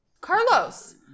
Carlos